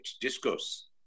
Discuss